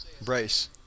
Bryce